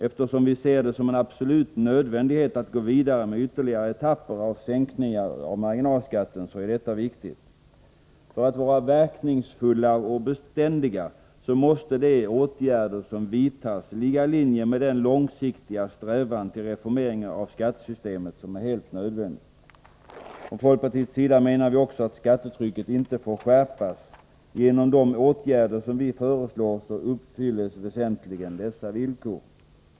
Eftersom vi ser det som en absolut nödvändighet att gå vidare med ytterligare etapper av sänkningar av marginalskatten är detta viktigt. För att vara verkningsfulla och beständiga måste de åtgärder som vidtas ligga i linje med den långsiktiga strävan till reformering av skattesystemet som är helt nödvändig. Från folkpartiets sida menar vi också att skattetrycket inte får skärpas. Genom de åtgärder som vi föreslår uppfylls väsentligen dessa villkor.